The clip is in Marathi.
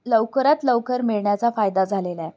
लवकरात लवकर मिळण्याचा फायदा झालेला आहे